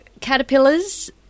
Caterpillars